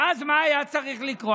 ואז, מה היה צריך לקרות?